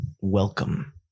Welcome